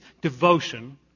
devotion